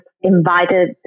invited